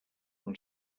una